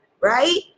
Right